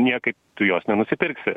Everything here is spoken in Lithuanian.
niekaip tu jos nenusipirksi